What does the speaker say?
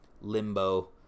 Limbo